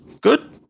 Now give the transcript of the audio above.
Good